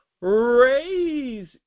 raise